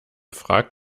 fragt